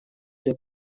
для